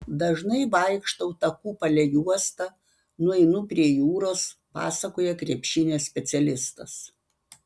dažnai vaikštau taku palei uostą nueinu prie jūros pasakoja krepšinio specialistas